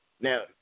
Now